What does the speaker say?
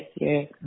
yes